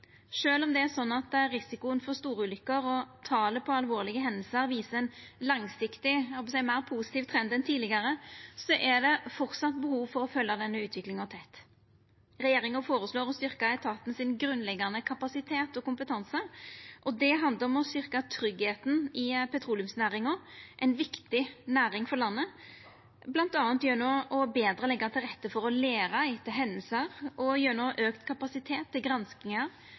om det er sånn at risikoen for storulykker og talet på alvorlege hendingar viser ein langsiktig meir positiv trend enn tidlegare, er det framleis behov for å følgja denne utviklinga tett. Regjeringa føreslår å styrkja den grunnleggjande kapasiteten og kompetansen til etaten. Det handlar om å styrkja tryggleiken i petroleumsnæringa, ei viktig næring for landet, bl.a. gjennom å leggja betre til rette for å læra etter hendingar og gjennom auka kapasitet